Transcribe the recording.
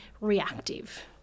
reactive